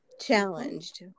challenged